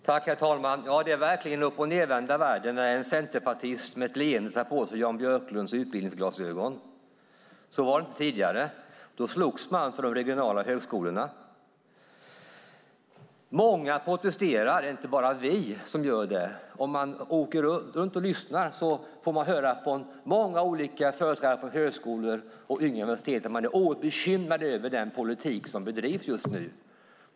Herr talman! Det är verkligen uppochnedvända världen när en centerpartist med ett leende tar på sig Jan Björklunds utbildningsglasögon. Så var det inte tidigare. Då slogs man för de regionala högskolorna. Många protesterar. Det är inte bara vi som gör det. Om man åker runt och lyssnar får man höra att många olika företrädare för högskolor och yngre universitet är oerhört bekymrade över den politik som bedrivs just nu.